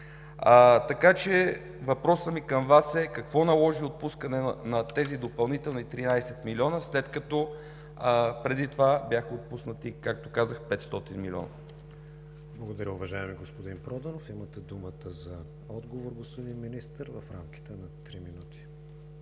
започнато. Въпросът ми към Вас е: какво наложи отпускане на тези допълнителни 13 милиона, след като преди това бяха отпуснати, както казах, 500 милиона? ПРЕДСЕДАТЕЛ КРИСТИАН ВИГЕНИН: Благодаря, уважаеми господин Проданов. Имате думата за отговор, господин Министър, в рамките на три минути.